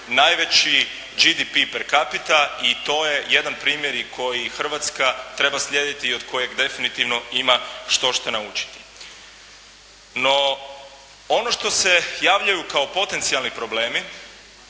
najveći GDP per capita i to je jedan primjer koji Hrvatska treba slijediti i od kojeg definitivno ima štošta naučiti. No, ono što se javljaju kao potencijalni problemi,